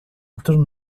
outro